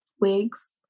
wigs